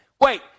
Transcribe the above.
Wait